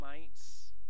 mites